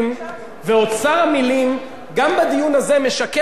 משקף אוצר מלים של ארבע שנים בכנסת הזאת.